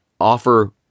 offer